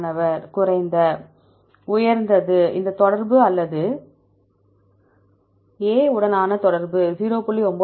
மாணவர் குறைந்த உயர்ந்தது இந்த தொடர்பு அல்லது A உடனான தொடர்பு 0